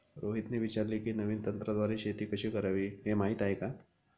रोहितने विचारले की, नवीन तंत्राद्वारे शेती कशी करावी, हे माहीत आहे का?